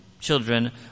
children